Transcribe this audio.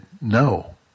no